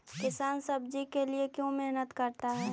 किसान सब्जी के लिए क्यों मेहनत करता है?